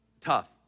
tough